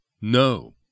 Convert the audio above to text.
No